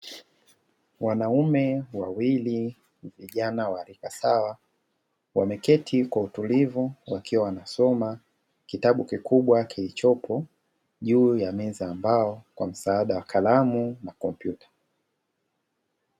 Wanaume wawili vijana wa rika sawa, wameketi kwa utulivu wakiwa wanasoma kitabu kikubwa kilichopo juu ya meza ya mbao, kwa msaada wa kalamu na kompyuta.